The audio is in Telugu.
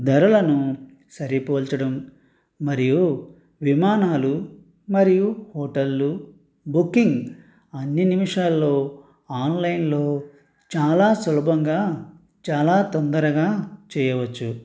ధరలను సరిపోల్చడం మరియు విమానాలు మరియు హోటళ్ళు బుకింగ్ అన్ని నిమిషాల్లో ఆన్లైన్లో చాలా సులభంగా చాలా తొందరగా చేయవచ్చు